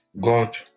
God